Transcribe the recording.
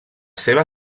seva